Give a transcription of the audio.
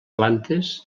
plantes